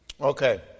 Okay